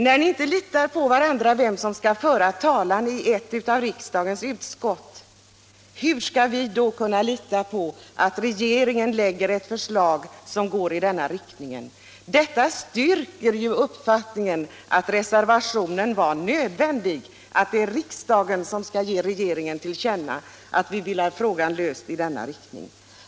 När ni inte litar på varandra då det gäller vem som skall föra talan för ett av riksdagens utskott, hur skall vi då kunna lita på att regeringen lägger ett förslag som går i denna riktning? Detta stärker uppfattningen att reservationen var nödvändig, att det är riksdagen som skall ge regeringen till känna att vi vill ha frågan löst i denna riktning.